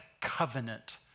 covenant